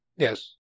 Yes